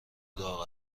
داغ